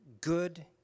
good